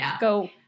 Go